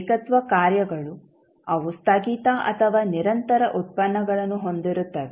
ಏಕತ್ವ ಕಾರ್ಯಗಳು ಅವು ಸ್ಥಗಿತ ಅಥವಾ ನಿರಂತರ ಉತ್ಪನ್ನಗಳನ್ನು ಹೊಂದಿರುತ್ತವೆ